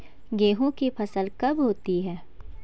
गेहूँ की फसल कब होती है?